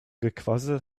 gequassel